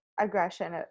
aggression